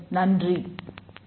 நன்றி